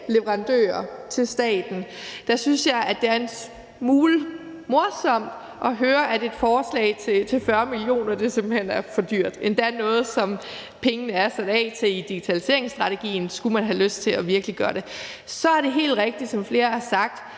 leverandører til staten, synes jeg, at det er en smule morsomt at høre, at et forslag til 40 mio. kr. simpelt hen er for dyrt – endda når det er noget, som pengene er sat af til i digitaliseringsstrategien, skulle man have lyst til at virkeliggøre det. Så er det helt rigtigt, som flere har sagt,